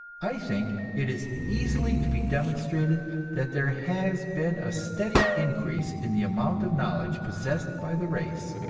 i think it is easily to be demonstrated that there has been a steady increase in the amount of knowledge possessed by the race,